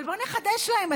אבל בוא נחדש להם,